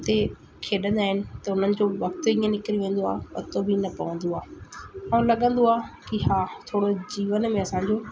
हुते खेॾंदा आहिनि त उन्हनि जो वक़्तु ईअं निकिरी वेंदो आहे पतो बि न पवंदो आहे ऐं लॻंदो आहे की हा थोरो जीवन में असांजो